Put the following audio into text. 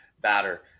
batter